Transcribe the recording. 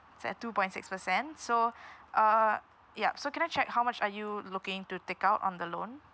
it's at two point six percent so uh yup so can I check how much are you looking to take out on the loan